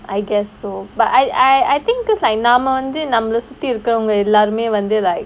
I guess so but I I I think because like நாம வந்து நம்மள சுத்து இருக்குற எல்லாருமே வந்து:naama vanthu nammala suthi irukkura ellaarumae vanthu like